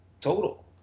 total